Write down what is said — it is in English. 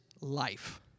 life